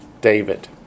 David